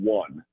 one